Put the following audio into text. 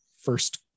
first